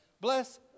bless